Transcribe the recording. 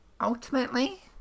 ultimately